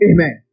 Amen